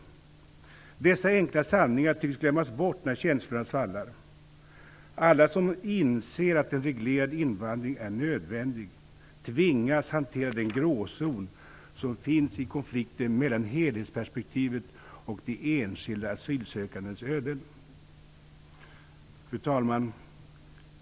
Dessa enkla sanningar tycks glömmas bort när känslorna svallar. Alla som inser att en reglerad invandring är nödvändig tvingas hantera den gråzon som finns i konflikten mellan helhetsperspektivet och de enskilda asylsökandes öden. Fru talman!